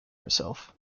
herself